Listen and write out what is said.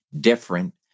different